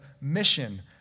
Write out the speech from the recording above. mission